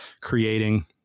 creating